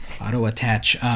auto-attach